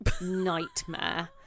nightmare